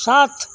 সাত